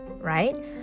right